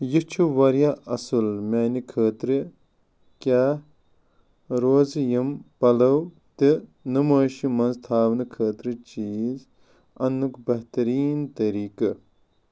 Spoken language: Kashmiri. یہِ چھُ واریاہ اصٕل میٛانہِ خٲطرٕ کیٛاہ روزِ یم پلو تہٕ نُمٲیشہِ منٛز تھاونہٕ خٲطرٕ چیز انٛنُک بہترین طریٖقہٕ